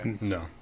No